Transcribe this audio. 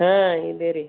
ಹಾಂ ಇದೆ ರೀ